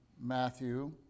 Matthew